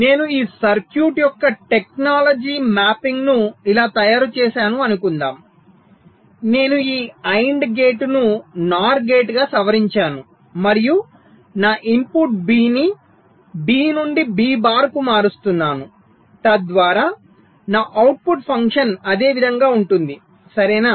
నేను ఈ సర్క్యూట్ యొక్క టెక్నాలజీ మ్యాపింగ్ను ఇలా తయారు చేసాను అనుకుందాం నేను ఈ AND గేట్ను NOR గేట్గా సవరించాను మరియు నా ఇన్పుట్ B ని B నుండి B బార్కు మారుస్తాను తద్వారా నా అవుట్పుట్ ఫంక్షన్ అదే విధంగా ఉంటుంది సరేనా